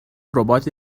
ربات